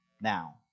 now